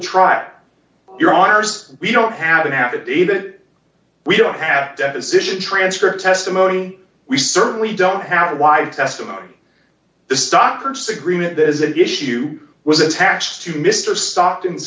arse we don't have an affidavit we don't have deposition transcript testimony we certainly don't have a wide testimony the stock purchase agreement that is an issue was attached to mr stockton